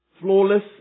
Flawless